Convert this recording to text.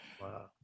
Wow